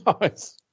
Nice